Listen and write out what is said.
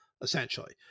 essentially